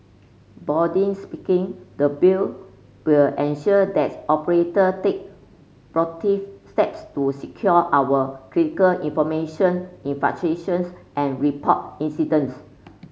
boarding speaking the Bill will ensure that operator take proactive steps to secure our critical information and report incidents